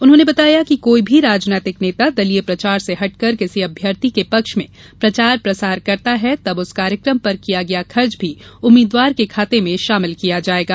उन्होंने बताया कि कोई भी राजनैतिक नेता दलीय प्रचार से हटकर किसी अभ्यर्थी के पक्ष में प्रचार प्रसार करता है तब उस कार्यक्रम पर किया गया खर्च भी उम्मीदवार के खाते में शामिल किया जायेगा